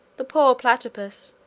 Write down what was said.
the poor platypus,